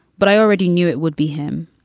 but i already knew it would be him.